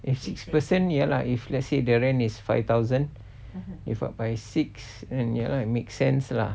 if six person ya lah if let's say the rent is five thousand divide by six and ya lah make sense lah